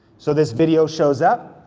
so this video shows up,